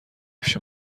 پیش